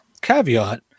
caveat